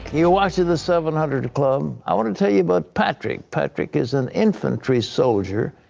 you're watching the seven hundred club. i want to tell you about patrick. patrick is an infantry soldier.